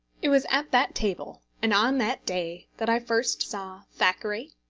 it was at that table, and on that day, that i first saw thackeray,